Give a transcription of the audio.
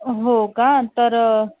हो का तर